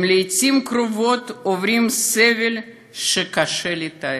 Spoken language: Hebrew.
הם לעתים קרובות עוברים סבל שקשה לתאר.